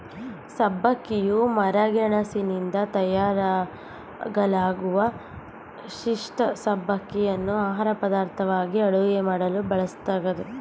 ಸಬ್ಬಕ್ಕಿಯು ಮರಗೆಣಸಿನಿಂದ ತಯಾರಿಸಲಾಗುವ ಪಿಷ್ಠ ಸಬ್ಬಕ್ಕಿಯನ್ನು ಆಹಾರಪದಾರ್ಥವಾಗಿ ಅಡುಗೆ ಮಾಡಲು ಬಳಸಲಾಗ್ತದೆ